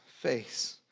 face